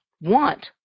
want